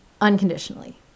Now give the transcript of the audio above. unconditionally